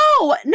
no